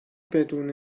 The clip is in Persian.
بدون